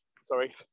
sorry